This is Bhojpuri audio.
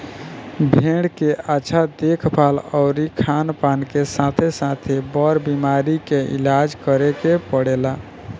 भेड़ के अच्छा देखभाल अउरी खानपान के साथे साथे, बर बीमारी के इलाज करे के पड़ेला